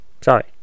Sorry